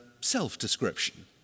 self-description